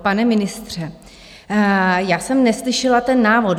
Pane ministře, já jsem neslyšela ten návod.